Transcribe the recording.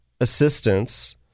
assistance